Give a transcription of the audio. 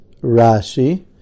Rashi